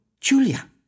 Julia